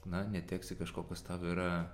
na neteksi kažko kas tau yra